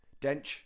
Dench